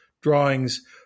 drawings